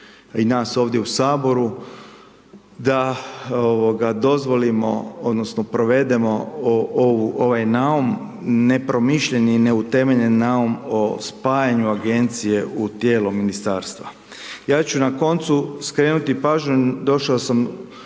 i nas ovdje u Saboru da dozvolimo, odnosno provedemo ovaj naum, nepromišljeni i neutemeljeni naum o spajanju agencije u tijelo ministarstva. Ja ću na koncu skrenuti pažnju, došao sam